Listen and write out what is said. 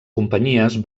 companyies